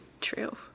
true